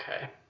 Okay